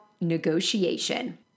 negotiation